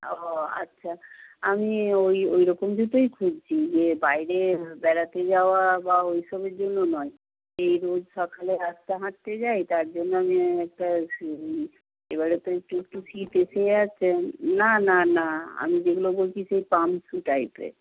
ওহ আচ্ছা আমি ওই ওই রকম জুতোই খুঁজছি যে বাইরে বেড়াতে যাওয়া বা ওই সবের জন্য নয় এই রোজ সকালে রাস্তা হাঁটতে যাই তার জন্য আমি একটা এবারে তো একটু একটু শীত এসে যাচ্ছে না না না আমি যেগুলো বলছি সেই পামসু টাইপের